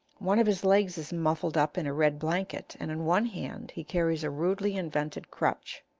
one of his legs is muffled up in a red blanket, and in one hand he carries a rudely-invented crutch.